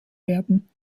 werden